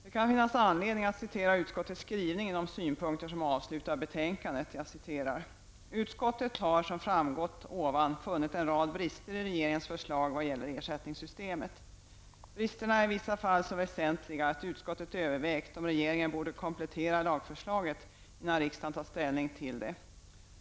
Det kan finnas anledning att citera utskottets skrivning i de synpunkter som avslutar betänkandet. ''Utskottet har som framgått ovan funnit en rad brister i regeringens förslag, särskilt vad gäller ersättningssystemet. -- Bristerna är i vissa fall så väsentliga att utskottet övervägt om regeringen borde komplettera lagförslaget innan riksdagen tar ställning till det.